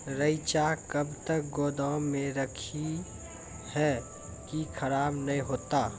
रईचा कब तक गोदाम मे रखी है की खराब नहीं होता?